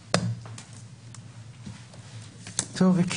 16:45.